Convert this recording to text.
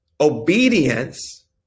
obedience